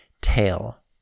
tail